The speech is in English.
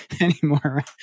anymore